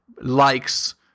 likes